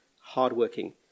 hardworking